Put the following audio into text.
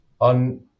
on